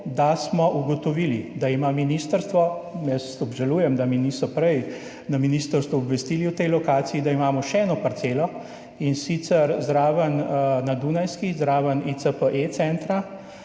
da smo ugotovili, da ima ministrstvo – jaz obžalujem, da me niso prej na ministrstvu obvestili o tej lokaciji, da jo imamo – še eno parcelo, in sicer na Dunajski. Zraven ECPE centra